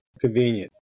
Convenient